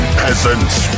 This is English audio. peasants